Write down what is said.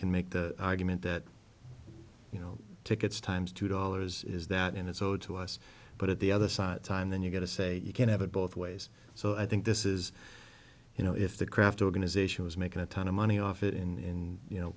can make the argument that you know tickets times two dollars is that in is owed to us but at the other side time then you get to say you can't have it both ways so i think this is you know if the craft organization was making a ton of money off it in you know